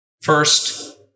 first